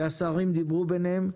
שהשרים דיברו ביניהם,